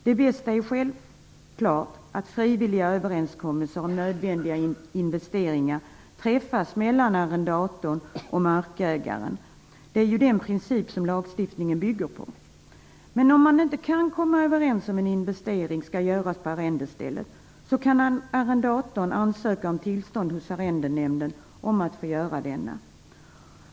Det bästa är självklart att frivilliga överenskommelser om nödvändiga investeringar träffas mellan arrendatorn och markägaren. Det är ju den princip lagstiftningen bygger på. Om man inte kan komma överens om huruvida en investering skall göras på arrendestället eller inte så kan arrendatorn ansöka om tillstånd hos Arrendenämnden om att få göra investeringen.